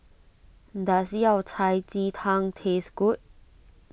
does Yao Cai Ji Tang taste good